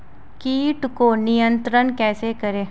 कीट को नियंत्रण कैसे करें?